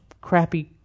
crappy